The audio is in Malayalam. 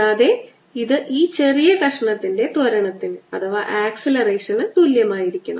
കൂടാതെ ഇത് ഈ ചെറിയ കഷണത്തിന്റെ ത്വരണത്തിന് തുല്യമായിരിക്കണം